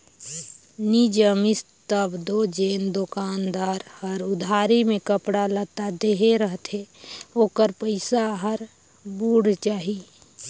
नी जमिस तब दो जेन दोकानदार हर उधारी में कपड़ा लत्ता देहे रहथे ओकर पइसा हर बुइड़ जाही